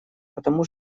потому